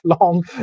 long